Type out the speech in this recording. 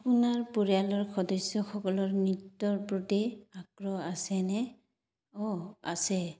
আপোনাৰ পৰিয়ালৰ সদস্যকসকলৰ নৃত্যৰ প্ৰতি আগ্ৰহ আছেনে অঁ আছে